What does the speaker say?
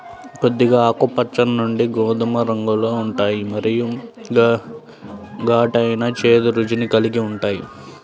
కొద్దిగా ఆకుపచ్చ నుండి గోధుమ రంగులో ఉంటాయి మరియు ఘాటైన, చేదు రుచిని కలిగి ఉంటాయి